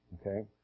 Okay